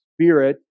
spirit